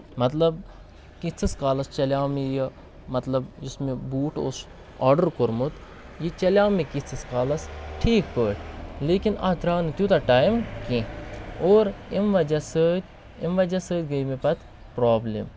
مطلب کینٛژس کالَس چلیٚو مےٚ یہِ مطلب یُس مےٚ بوٗٹ اوس آرڈر کوٚرمُت یہِ چلیٚو مےٚ کیژس کالَس ٹھیٖک پٲٹھۍ لیکِن اَتھ دراو نہٕ توٗتاہ ٹایم کیٚنہہ اور اَمہِ وجہہ سۭتۍ اَمہِ وجہہ سۭتۍ گٔیٚے مےٚ پَتہٕ پرابلِم